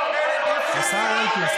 השר אלקין,